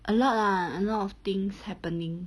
a lot lah a lot of things happening